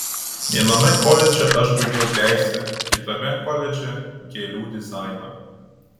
viename koledže aš baigiau teisę kitame koledže gėlių dizainą